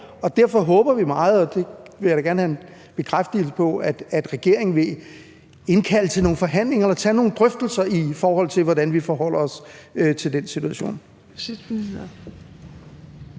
Derfor håber vi meget, og det vil jeg da gerne have en bekræftelse på, at regeringen vil indkalde til nogle forhandlinger eller tage nogle drøftelser om, hvordan vi forholder os til den situation.